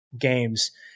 games